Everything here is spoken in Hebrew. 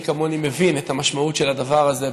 מי כמוני מבין את המשמעות של הדבר הזה,